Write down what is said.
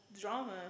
drama